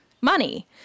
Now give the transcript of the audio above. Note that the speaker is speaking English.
money